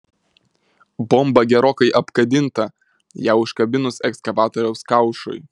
bomba gerokai apgadinta ją užkabinus ekskavatoriaus kaušui